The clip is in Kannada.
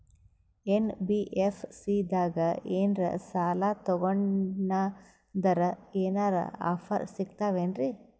ಎನ್.ಬಿ.ಎಫ್.ಸಿ ದಾಗ ಏನ್ರ ಸಾಲ ತೊಗೊಂಡ್ನಂದರ ಏನರ ಆಫರ್ ಸಿಗ್ತಾವೇನ್ರಿ?